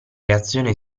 reazione